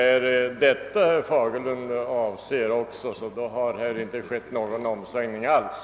är det denna motion som också herr Fagerlund syftar på har det inte skett någon omsvängning alls.